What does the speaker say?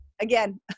again